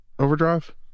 overdrive